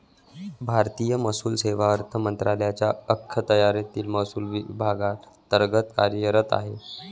भारतीय महसूल सेवा अर्थ मंत्रालयाच्या अखत्यारीतील महसूल विभागांतर्गत कार्यरत आहे